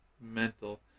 mental